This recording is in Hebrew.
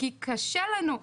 כי קשה לנו.